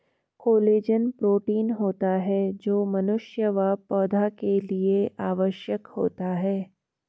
collagen protein होता है जो मनुष्य व पौधा के लिए आवश्यक होता है